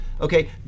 okay